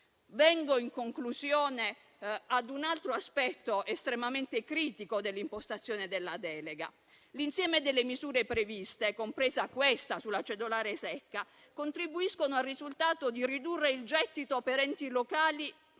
tema. In conclusione, vengo a un altro aspetto estremamente critico dell'impostazione della delega. L'insieme delle misure previste, compresa quella sulla cedolare secca, contribuiscono al risultato di ridurre il gettito per enti locali